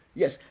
yes